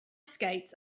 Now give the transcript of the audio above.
skates